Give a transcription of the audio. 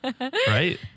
Right